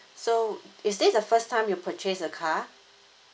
so is this the first time you purchase a car